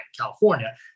California